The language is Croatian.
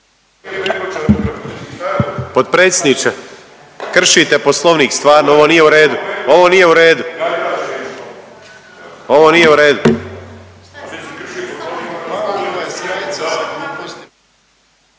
Potpredsjedniče, kršite poslovnik stvarno, ovo nije u redu, ovo nije u redu, ovo nije u redu.